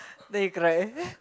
then you cry